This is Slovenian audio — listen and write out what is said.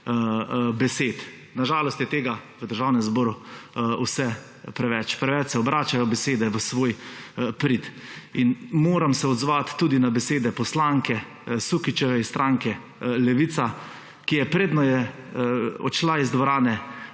besed. Na žalost je tega v Državnem zboru vse preveč; preveč se obračajo besede v svoj prid. Moram se odzvati tudi na besede poslanke Sukičeve iz stranke Levica, ki je, predno je odšla iz dvorane,